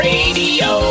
Radio